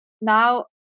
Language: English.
now